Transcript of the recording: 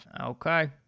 okay